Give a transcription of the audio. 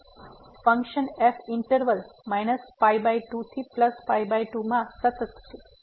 તેથી function f interval 22 માં સતત છે